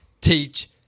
teach